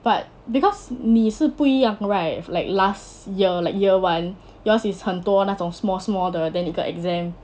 but because 你是不一样 right like last year like year one yours is 很多那种 small small 的 then you got exam